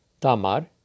Tamar